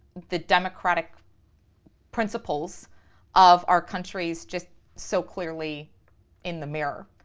the democratic principles of our countries just so clearly in the mirror.